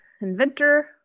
inventor